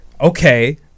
okay